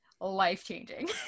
life-changing